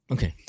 Okay